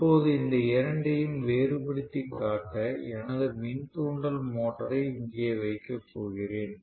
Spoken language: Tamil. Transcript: இப்போது இந்த இரண்டையும் வேறுபடுத்திக் காட்ட எனது மின் தூண்டல் மோட்டாரை இங்கே வைக்கப் போகிறேன்